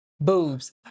Boobs